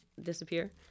disappear